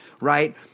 right